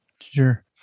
Sure